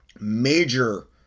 major